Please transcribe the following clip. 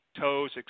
toes